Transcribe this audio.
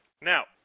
Now